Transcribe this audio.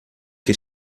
que